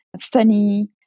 funny